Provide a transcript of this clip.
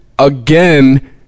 Again